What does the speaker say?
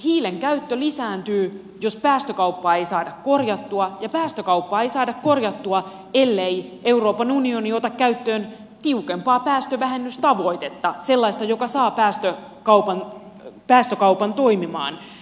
hiilen käyttö lisääntyy jos päästökauppaa ei saada korjattua ja päästökauppaa ei saada korjattua ellei euroopan unioni ota käyttöön tiukempaa päästövähennystavoitetta sellaista joka saa päästökaupan toimimaan